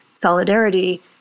solidarity